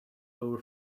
lower